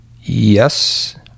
Yes